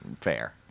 Fair